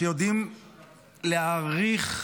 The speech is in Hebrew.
שיודעים להעריך,